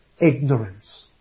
ignorance